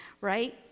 right